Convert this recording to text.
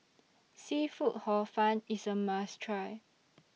Seafood Hor Fun IS A must Try